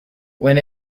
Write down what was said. when